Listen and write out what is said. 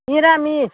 मिरामिस